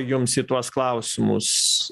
jums į tuos klausimus